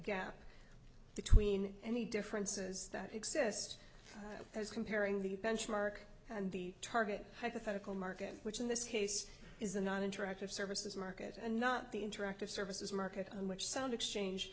gap between any differences that exist as comparing the benchmark and the target hypothetical market which in this case is a non interactive services market and not the interactive services market on which sound exchange